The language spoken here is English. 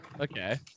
Okay